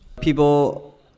People